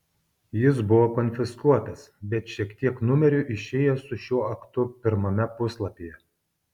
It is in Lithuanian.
jis buvo konfiskuotas bet šiek tiek numerių išėjo su šiuo aktu pirmame puslapyje